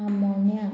आमोण्या